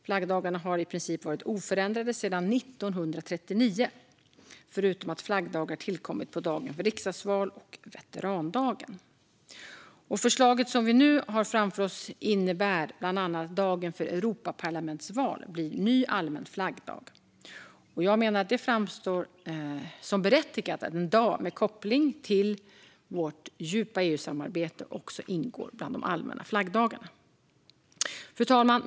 Flaggdagarna har i princip varit oförändrade sedan 1939, förutom att flaggdagar har tillkommit på dagen för riksdagsval och veterandagen. Förslaget som vi nu har framför oss innebär bland annat att dagen för Europaparlamentsval blir ny allmän flaggdag. Jag menar att det framstår som berättigat att en dag med koppling till vårt djupa EU-samarbete också är en av de allmänna flaggdagarna. Fru talman!